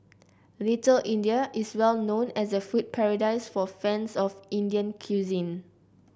Little India is well known as a food paradise for fans of Indian cuisine